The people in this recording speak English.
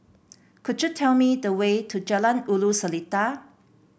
could you tell me the way to Jalan Ulu Seletar